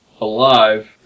alive